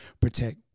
protect